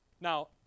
Now